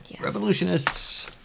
Revolutionists